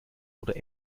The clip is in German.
oder